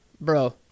bro